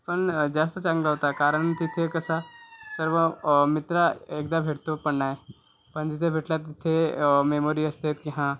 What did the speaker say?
पण जास्त चांगलं होतं कारण तिथे कसा पण सर्व मित्र एकदा भेटतो पण ना पण जिथे भेटतो तिथे मेमोरि असते की हा